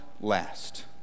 last